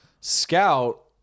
Scout